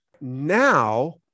Now